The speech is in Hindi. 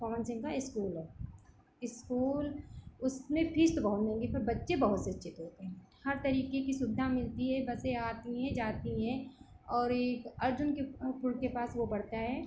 पवन सिंह का इस्कूल है इस्कूल उसमें फीस तो बहुत महँगी पर बच्चे बहुत शिक्षित होते हैं हर तरीके की सुविधा मिलती है बसें आती हैं जाती है और एक अर्जुन के पुर के पास वह पड़ता है